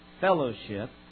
fellowship